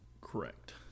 Correct